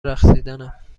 رقصیدنم